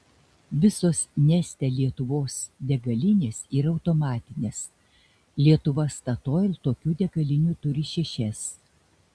visos neste lietuvos degalinės yra automatinės lietuva statoil tokių degalinių turi šešias